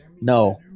no